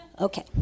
Okay